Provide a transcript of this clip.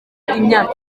imyaka